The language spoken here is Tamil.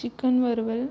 சிக்கன் வறுவல்